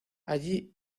allí